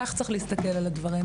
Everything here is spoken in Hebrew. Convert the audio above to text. כך צריך להסתכל על הדברים.